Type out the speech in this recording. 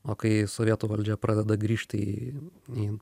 o kai sovietų valdžia pradeda grįžtį į į